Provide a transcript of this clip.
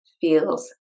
feels